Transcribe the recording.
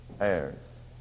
heirs